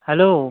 hello